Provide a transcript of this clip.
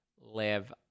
Live